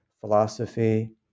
philosophy